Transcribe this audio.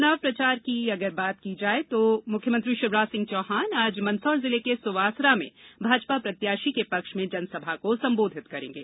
चुनाव प्रचार की अगर बात की जाये तो मुख्यमंत्री शिवराज सिंह चौहान आज मंदसौर जिले के सुवासरा में भाजपा प्रत्याशी के पक्ष में जनसभा को संबोधित करेंगे